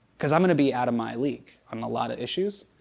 cause i'm gonna be out of my league on a lot of issues.